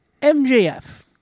MJF